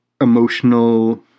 emotional